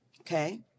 Okay